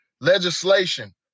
legislation